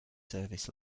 service